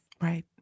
Right